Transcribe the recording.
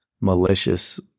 malicious